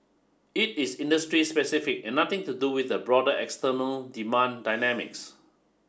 it is industry specific and nothing to do with the broader external demand dynamics